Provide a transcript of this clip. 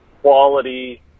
quality